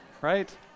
Right